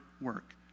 work